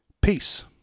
Peace